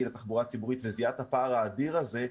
לתחבורה הציבורית וזיהה את הפער האדיר הזה,